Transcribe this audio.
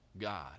God